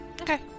Okay